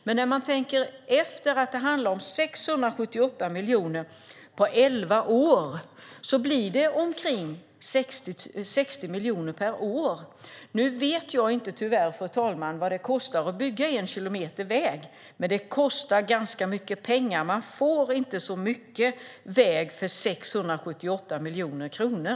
Men när man tänker efter handlar det om 678 miljoner på elva år. Det blir omkring 60 miljoner per år. Fru talman! Jag vet tyvärr inte vad det kostar att bygga en kilometer väg. Men det kostar ganska mycket pengar. Man får inte så mycket väg för 678 miljoner kronor.